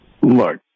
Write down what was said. Look